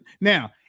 now